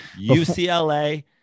UCLA